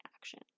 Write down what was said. action